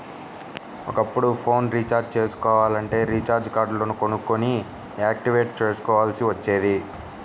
ఒకప్పుడు phone recharge చేసుకోవాలంటే recharge కార్డులు కొనుక్కొని యాక్టివేట్ చేసుకోవాల్సి వచ్చేది